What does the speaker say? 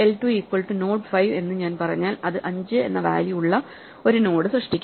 L2 equal to node 5 എന്ന് ഞാൻ പറഞ്ഞാൽ അത് 5 എന്ന വാല്യൂ ഉള്ള ഒരു നോഡ് സൃഷ്ടിക്കും